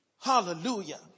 Hallelujah